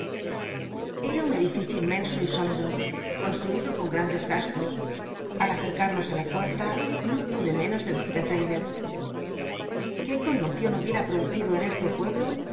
ra un edificio inmenso y sólido construido con grandes gastos al acercarnos á la puerta no pude menos de deci á l raddlcs qué conmocion hubiera producido en este pueblo